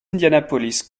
indianapolis